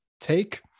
take